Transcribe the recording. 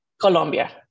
Colombia